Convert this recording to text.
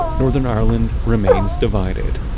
northern ireland remains divided,